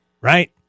right